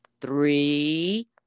three